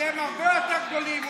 אתם הרבה יותר גדולים.